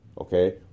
Okay